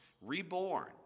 reborn